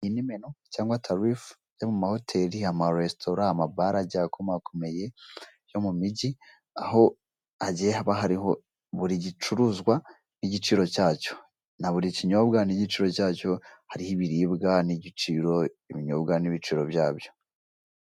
iyi ni menu cyangwa tarifu yo mu mahoteli amaresitora amabare agiye akomakomeye yo mu mijyi aho agiye haba hariho buri gicuruzwa n' igiciro cyacyo na buri kinyobwa n' igiciro cyacyo hariho ibiribwa n'igiciro ibinyobwa n'ibiciro byabyo